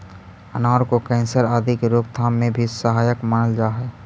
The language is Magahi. अनार को कैंसर आदि के रोकथाम में भी सहायक मानल जा हई